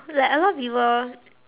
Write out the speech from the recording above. like a lot of people